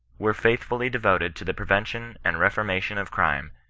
were faithfully devoted to the prevention and reforma tion of crime,